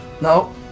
No